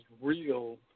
real